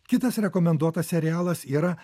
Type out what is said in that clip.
kitas rekomenduotas serialas yra